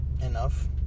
Enough